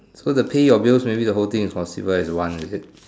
so the pay your bills maybe the whole thing is considered as one is it